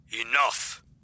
Enough